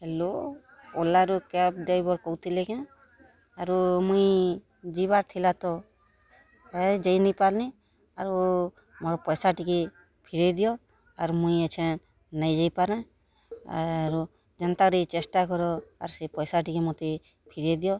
hello ଓଲାରୁ cab driver କହୁଥିଲେ କାଏଁ ଆଉ ମୁଇଁ ଯିବାର୍ ଥିଲା ତ ଆଏଜ୍ ଯେଇ ନାଇଁ ପାର୍ଲି ଆଉ ମୋର୍ ପଏସା ଟିକେ ଫିରେଇ ଦିଅ ମୁଇଁ ଏଛେନ୍ ନାଇଁ ଯାଇ ପାରେ ଆଉ ଯେନ୍ତା କରି ଚେଷ୍ଟା କର ସେ ପଏସା ଟିକେ ମୋତେ ଫିରେଇ ଦିଅ